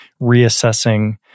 reassessing